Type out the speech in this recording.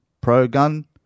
pro-gun